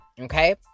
okay